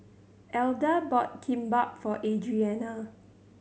Alda bought Kimbap for Adrianna